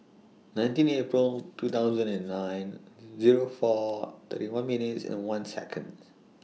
nineteen April two thousand and nine Zero four thirty one minutes and one Seconds